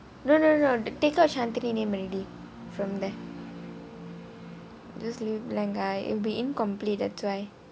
no no no the take out shanthini name already from there just leave it blank ah it'll be incomplete that's why